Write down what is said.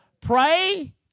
Pray